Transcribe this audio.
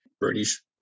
British